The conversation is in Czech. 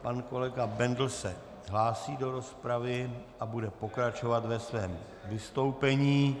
Pan kolega Bendl se hlásí do rozpravy a bude pokračovat ve svém vystoupení.